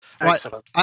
Excellent